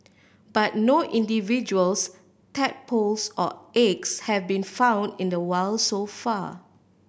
but no individuals tadpoles or eggs have been found in the wild so far